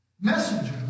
messenger